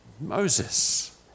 Moses